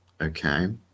okay